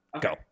Go